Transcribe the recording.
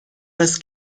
است